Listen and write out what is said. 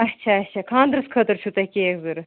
اچھا اچھا خانٛدرَس خٲطرٕ چھُو تۄہہِ کیک ضوٚرَتھ